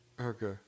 okay